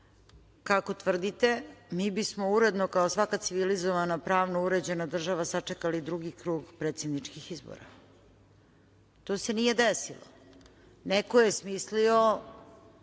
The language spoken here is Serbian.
kako tvrdite, mi bismo uredno kao svaka civilizovana pravno uređena država sačekali drugi krug predsedničkih izbora. To se nije desilo. Neko je smislio